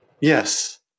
Yes